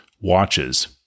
Watches